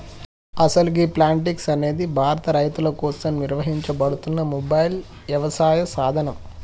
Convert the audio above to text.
అసలు గీ ప్లాంటిక్స్ అనేది భారతీయ రైతుల కోసం నిర్వహించబడుతున్న మొబైల్ యవసాయ సాధనం